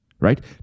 right